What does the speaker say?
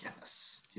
yes